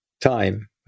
time